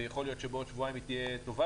ויכול להיות שבעוד שבועיים היא תהיה טובה